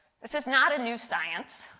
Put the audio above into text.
this is not a new science.